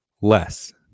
less